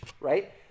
right